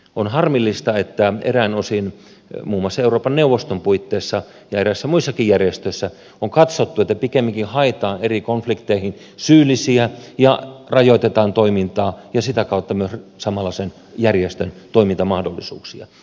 on harmillista että eräin osin muun muassa euroopan neuvoston puitteissa ja eräissä muissakin järjestöissä on katsottu että pikemminkin haetaan eri konflikteihin syyllisiä ja rajoitetaan toimintaa ja sitä kautta myös samalla sen järjestön toimintamahdollisuuksia